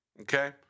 Okay